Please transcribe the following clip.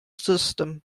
system